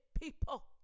people